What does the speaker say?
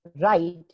right